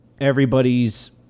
everybody's